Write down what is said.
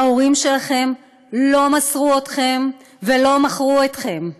ההורים שלכם לא מסרו ולא מכרו אתכם.